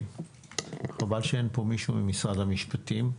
וחבל שאין פה מישהו ממשרד המשפטים.